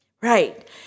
Right